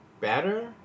better